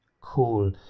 Cool